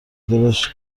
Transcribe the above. دلش